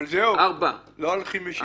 אבל זהו, לא על חמשים.